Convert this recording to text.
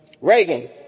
Reagan